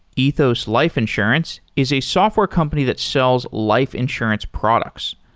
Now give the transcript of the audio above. ethos life insurance is a software company that sells life insurance products.